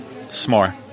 s'more